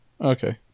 okay